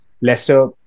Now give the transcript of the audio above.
Leicester